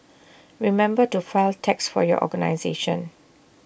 remember to file tax for your organisation